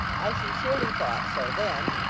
i sincerely thought so then,